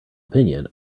opinion